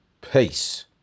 Peace